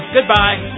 Goodbye